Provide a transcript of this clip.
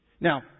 Now